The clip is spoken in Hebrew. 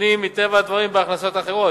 מותנים מטבע הדברים בהכנסות אחרות.